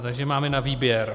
Takže máme na výběr.